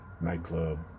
nightclub